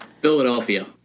Philadelphia